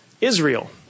Israel